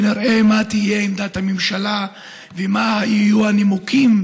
ונראה מה תהיה עמדת הממשלה ומה יהיו הנימוקים